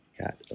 got